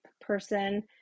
person